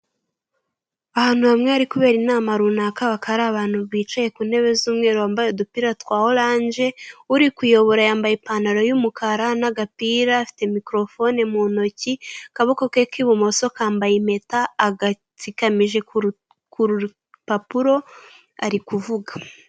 Ahantu hamwe hari kubera inama runaka bakaba ari abantu bicaye ku ntebe z'umweru bambaye udupira twa oranje, uri kuyobora yambaye ipantaro y'umukara n'agapira afite mikorofone mu ntoki, akaboko ke k'ibumoso kambaye impeta agatsikamije ku rupapuro ari kuvuga.